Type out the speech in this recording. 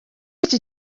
iki